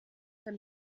dann